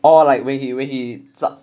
orh like when he when he 咋